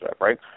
right